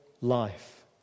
life